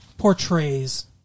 portrays